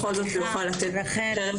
בכל זאת נוכל לתת --- רחל,